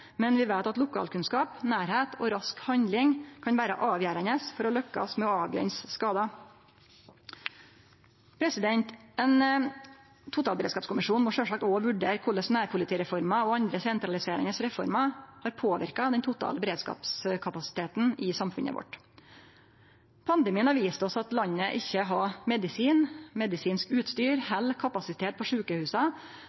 men vi veit at lokalkunnskap, nærleik og rask handling kan vere avgjerande for å lykkast med å avgrense skadar. Ein totalberedskapskommisjon må sjølvsagt også vurdere korleis nærpolitireforma og andre sentraliserande reformer har påverka den totale beredskapskapasiteten i samfunnet vårt. Pandemien har vist oss at landet ikkje har medisin, medisinsk utstyr